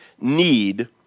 need